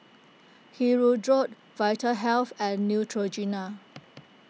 Hirudoid Vitahealth and Neutrogena